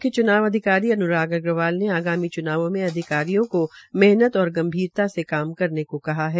मुख्य चुनाव अधिकारी अन्राग अग्रवाल ने आगामी चुनावों में अधिकारियों को मेहनत और गंभीरता से काम करने को कहा है